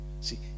see